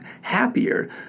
happier